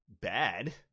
bad